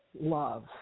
love